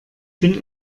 bin